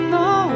no